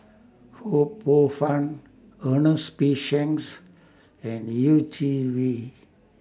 Ho Poh Fun Ernest P Shanks and Yeh Chi Wei